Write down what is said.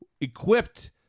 equipped